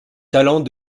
talent